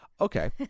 Okay